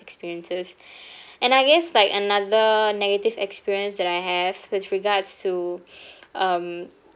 experiences and I guess like another negative experience that I have with regards to um